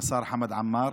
עם השר חמד עמאר